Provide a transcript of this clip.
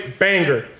banger